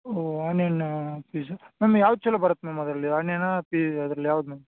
ಓ onion pizza ma'am ಯಾವ್ದು ಚಲೋ ಬರತ್ತೆ ಮ್ಯಾಮ್ ಅದರಲ್ಲಿ ಆನಿಯನಾ ಪಿ ಅದ್ರಲ್ಲಿ ಯಾವ್ದು ಮ್ಯಾಮ್